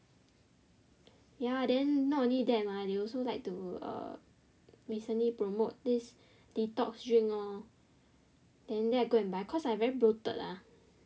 ya then not only that mah they also like to uh recently promote this detox drink lor then then I go and buy cause I very bloated uh